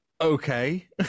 okay